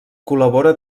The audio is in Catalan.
col·labora